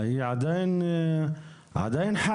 היא עדיין חלה.